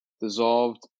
dissolved